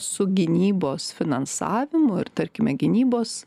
su gynybos finansavimu ir tarkime gynybos